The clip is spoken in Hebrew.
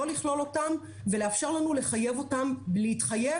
לא לכלול אותם ולאפשר לנו לחייב אותם להתחייב